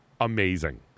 Amazing